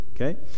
okay